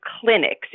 clinics